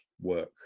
work